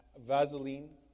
Vaseline